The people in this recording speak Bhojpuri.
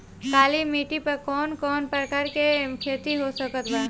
काली मिट्टी पर कौन कौन प्रकार के खेती हो सकत बा?